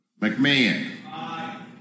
McMahon